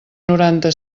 noranta